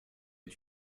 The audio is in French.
est